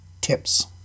tips